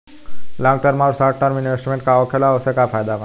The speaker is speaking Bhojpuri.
लॉन्ग टर्म आउर शॉर्ट टर्म इन्वेस्टमेंट का होखेला और ओसे का फायदा बा?